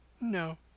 No